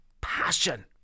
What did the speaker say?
passion